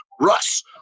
Russ